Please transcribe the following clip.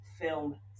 Film